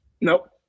Nope